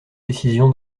décision